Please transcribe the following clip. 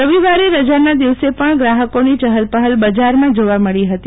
રવિવારે રાજાના દિવસે પણ ગ્રાહકોની ચહલ પહલ બજારમાં જોવા મળી હતી